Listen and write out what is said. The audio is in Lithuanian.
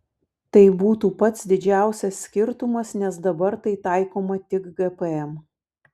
tai būtų pats didžiausias skirtumas nes dabar tai taikoma tik gpm